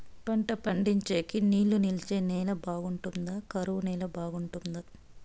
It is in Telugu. పంట పండించేకి నీళ్లు నిలిచే నేల బాగుంటుందా? కరువు నేల బాగుంటుందా?